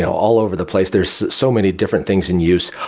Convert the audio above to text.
yeah all over the place, there're so so many different things in use.